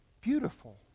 beautiful